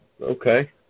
Okay